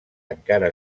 encara